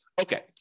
Okay